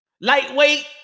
Lightweight